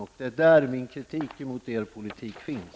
Det är där min kritik mot er politik finns.